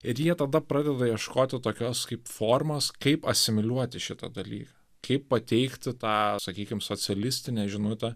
ir jie tada pradeda ieškoti tokios kaip formos kaip asimiliuoti šitą dalyką kaip pateikti tą sakykim socialistinę žinutę